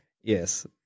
yes